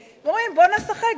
אומרים: בוא נשחק,